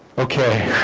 okay